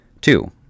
Two